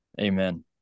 Amen